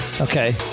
Okay